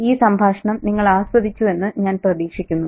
ഈ സംഭാഷണം നിങ്ങൾ ആസ്വദിച്ചുവെന്ന് ഞാൻ പ്രതീക്ഷിക്കുന്നു